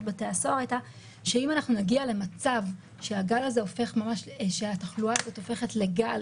בתי הסוהר הייתה שאם אנחנו נגיע למצב שהתחלואה הזאת הופכת לגל,